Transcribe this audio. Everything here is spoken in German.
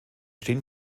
stehen